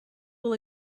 will